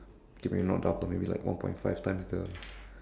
okay maybe not double maybe like one point five items the